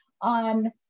on